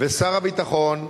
ושר הביטחון,